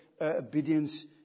obedience